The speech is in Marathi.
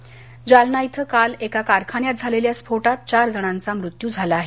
रूफोट जालना इथं काल एका कारखान्यात झालेल्या स्फोटात चार जणांचा मृत्यू झाला आहे